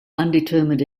undetermined